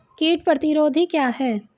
कीट प्रतिरोधी क्या है?